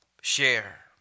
share